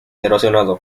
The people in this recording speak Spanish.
erosionado